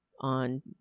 on